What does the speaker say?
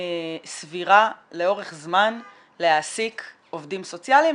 סבירה לאורך זמן להעסיק עובדים סוציאליים,